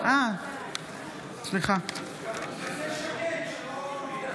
אינו נוכח אלעזר שטרן, אינו משתתף